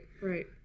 right